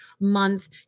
month